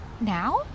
now